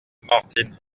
martin